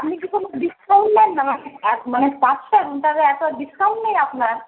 আপনি কি কোনও ডিসকাউন্ট দেন মানে তাহলে একটা ডিসকাউন্ট নেই আপনার